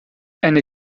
eine